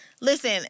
Listen